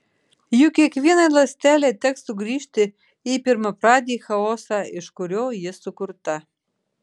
juk kiekvienai ląstelei teks sugrįžti į pirmapradį chaosą iš kurio ji sukurta